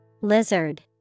Lizard